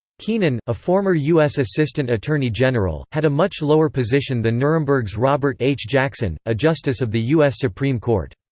keenan, a former u s. assistant attorney general, had a much lower position than nuremberg's robert h. jackson, a justice of the u s. supreme court.